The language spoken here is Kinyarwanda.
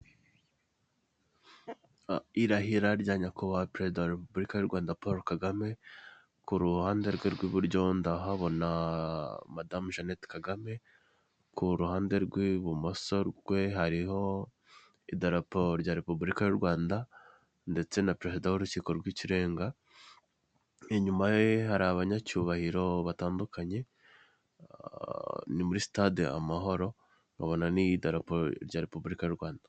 Irahira rya Nyakubahwa Perezida wa repubulika w'u Rwanda Poro KAGAME kuruhande rwe rw'iburyo ndahabona Madamu Janeti Kagame, ku ruhande rw'ibumoso hariho idarapo rya Repubulika y'urwanda ndetse na Perezida w'Urukiko rw'ikirenga, inyuma ye hari abanyacybahiro batandukanye, ni muri sitade Amahoro ndetse nkabona n'idarapo rya Repubulika y'u Rwanda.